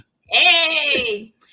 Hey